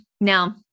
Now